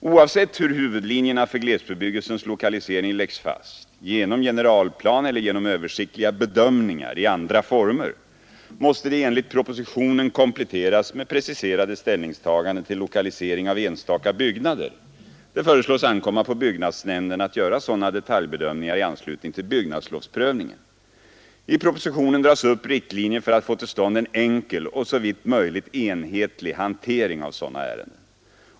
Oavsett hur huvudlinjerna för glesbebyggelsens lokalisering läggs fast — genom generalplan eller genom översiktliga bedömningar i andra former — måste de enligt propositionen kompletteras med preciserade ställningstaganden till lokalisering av enstaka byggnader. Det föreslås ankomma på byggnadsnämnden att göra sådana detaljbedömningar i anslutning till byggnadslovsprövningen. I propositionen dras upp riktlinjer för att få till stånd en enkel och såvitt möjligt enhetlig hantering av sådana ärenden.